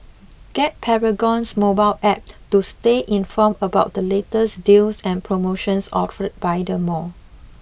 get Paragon's mobile App to stay informed about the latest deals and promotions offered by the mall